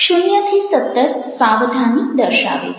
0 17 સાવધાની દર્શાવે છે